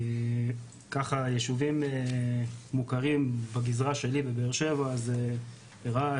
ככה יישובים מוכרים בגזרה שלי בבאר שבע זה רהט,